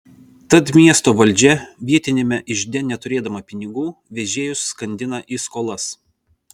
tad miesto valdžia vietiniame ižde neturėdama pinigų vežėjus skandina į skolas